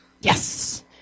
Yes